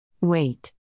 Wait